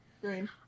Green